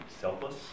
selfless